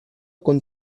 con